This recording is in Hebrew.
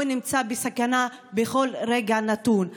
הוא נמצא בסכנה בכל רגע נתון,